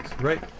Right